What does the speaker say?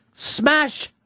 Smash